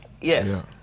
Yes